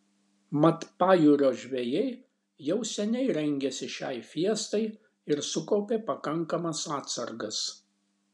mat pajūrio žvejai jau seniai rengėsi šiai fiestai ir sukaupė pakankamas atsargas